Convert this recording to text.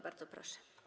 Bardzo proszę.